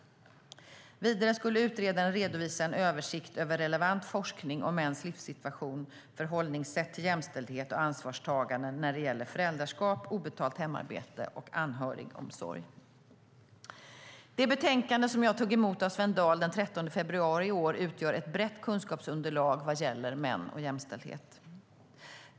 Vidare skulle utredaren redovisa en översikt över relevant forskning om mäns livssituation, förhållningssätt till jämställdhet och ansvarstagande när det gäller föräldraskap, obetalt hemarbete och anhörigomsorg. Det betänkande som jag tog emot av Svend Dahl den 13 februari i år utgör ett brett kunskapsunderlag vad gäller män och jämställdhet.